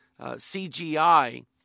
CGI